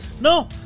No